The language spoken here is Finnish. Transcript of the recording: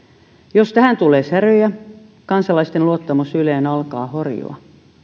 jos tähän tulee säröjä kansalaisten luottamus yleen alkaa horjua